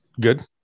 good